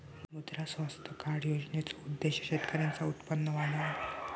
मुद्रा स्वास्थ्य कार्ड योजनेचो उद्देश्य शेतकऱ्यांचा उत्पन्न वाढवणा ह्यो असा